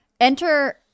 enter